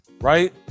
Right